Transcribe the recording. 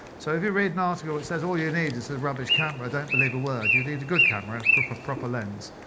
so if you read an article that says all you need is a rubbish camera, don't believe a word. you need a good camera and a a proper proper lens.